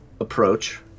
approach